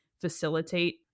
facilitate